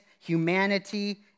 humanity